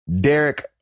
Derek